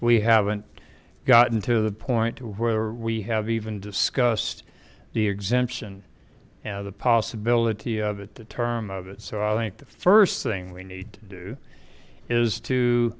we haven't gotten to the point where we have even discussed the exemption and the possibility of it the term of it so i think the first thing we need to do is to